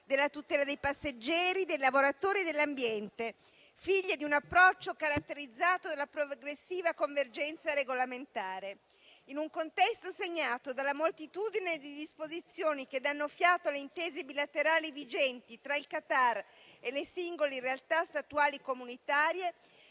della tutela dei passeggeri, dei lavoratori e dell'ambiente, figlie di un approccio caratterizzato dalla progressiva convergenza regolamentare. In un contesto segnato dalla moltitudine di disposizioni che danno fiato alle intese bilaterali vigenti tra il Qatar e le singole realtà statuali comunitarie,